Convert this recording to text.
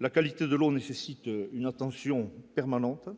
la qualité de l'eau nécessite une attention permanente,